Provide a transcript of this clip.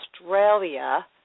Australia